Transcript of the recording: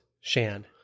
shan